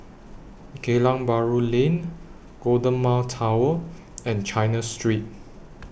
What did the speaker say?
Geylang Bahru Lane Golden Mile Tower and China Street